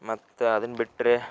ಮತ್ತು ಅದನ್ನ ಬಿಟ್ಟರೆ